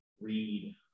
read